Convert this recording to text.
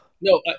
No